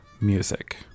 music